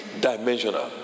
dimensional